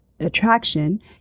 attraction